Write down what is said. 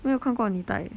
没有看过你戴